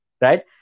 right